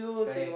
correct